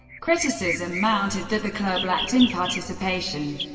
criticism mounted that the club lacked in participation,